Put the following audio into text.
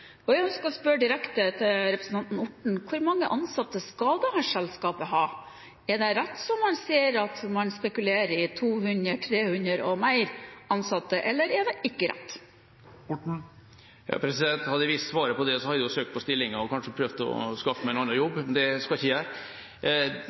miljøer. Jeg ønsker å spørre representanten Orten direkte: Hvor mange ansatte skal dette selskapet ha? Er det rett, som man sier, at man spekulerer i 200–300 ansatte og mer, eller er det ikke rett? Hadde jeg visst svaret på det, hadde jeg søkt på stillinger og kanskje prøvd å skaffe meg en annen jobb, men det skal jeg ikke